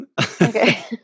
Okay